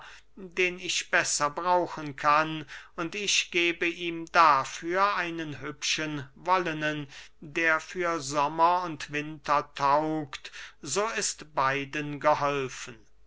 den ich besser brauchen kann und ich gebe ihm dafür einen hübschen wollenen der für sommer und winter taugt so ist beiden geholfen